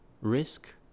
risk